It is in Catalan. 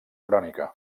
crònica